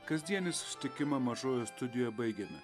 kasdienį susitikimą mažojoj studijoj baigiame